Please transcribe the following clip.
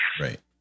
Right